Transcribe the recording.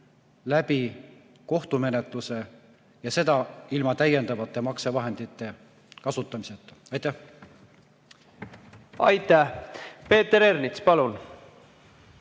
õigusi kohtumenetluse kaudu ja seda ilma täiendavate maksevahendite kasutamiseta. Aitäh! Aitäh! Peeter Ernits, palun!